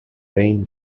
rain